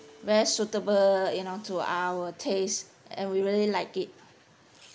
very suitable you know to our taste and we really like it